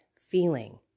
feeling